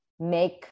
Make